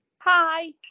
Hi